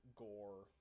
gore